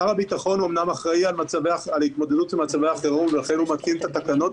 שר הביטחון אמנם אחראי על התמודדות עם מצבי חירום ולכן הוא מתקין את התקנות